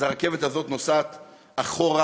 אז הרכבת הזאת נוסעת אחורה,